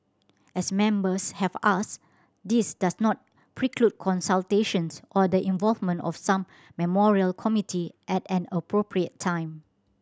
as Members have asked this does not preclude consultations or the involvement of some memorial committee at an appropriate time